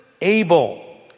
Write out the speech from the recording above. Abel